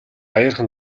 аяархан